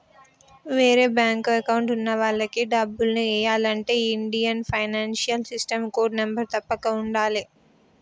వేరే bank account ఉన్న వాళ్లకి డబ్బుల్ని ఎయ్యాలంటే ఈ Indian financial system code number తప్పక ఉండాలే